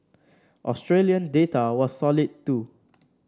Australian data was solid too